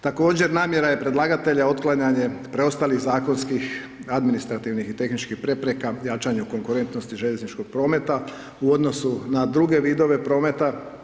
Također namjera je predlagatelja otklanjanje preostalih zakonskih administrativnih i tehničkih prepreka, jačanju konkurentnosti željezničkog prometa, u odnosu na druge vidove prometa.